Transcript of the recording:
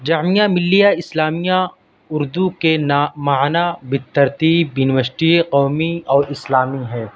جامعہ ملیہ اسلامیہ اردو کے نا معنیٰ بالترتیب یونیوسٹی قومی اور اسلامی ہے